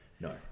No